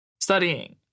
studying